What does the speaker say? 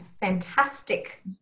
fantastic